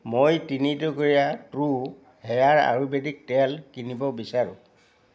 মই তিনি টুকুৰা ট্ৰু হেয়াৰ আয়ুৰ্বেদিক তেল কিনিব বিচাৰোঁ